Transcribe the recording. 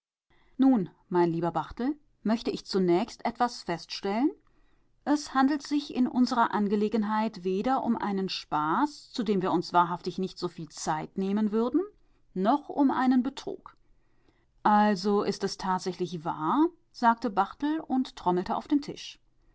nun mein lieber barthel möchte ich zunächst etwas feststellen es handelt sich in unserer angelegenheit weder um einen spaß zu dem wir uns wahrhaftig nicht so viel zeit nehmen würden noch um einen betrug also ist es tatsächlich wahr sagte barthel und trommelte auf den tisch